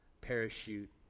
parachute